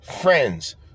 friends